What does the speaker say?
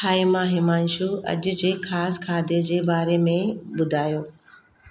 हाय मां हिमांशु अॼ जे ख़ासि खाधे जे बारे में ॿुधायो